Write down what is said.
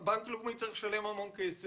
ידוע שבנק לאומי צריך לשלם המון כסף.